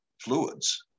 fluids